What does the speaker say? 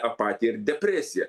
apatiją ir depresiją